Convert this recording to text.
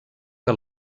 que